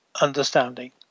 understanding